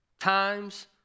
times